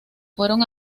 fueron